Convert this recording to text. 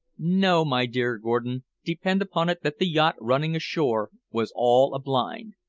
no, my dear gordon, depend upon it that the yacht running ashore was all a blind.